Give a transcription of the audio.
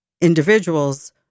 individuals